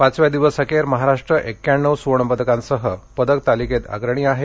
पाचव्या दिवसअखेर महाराष्ट्र एक्याण्णव सुवर्ण पदकांसह पदक तालिकेत अग्रणी आहे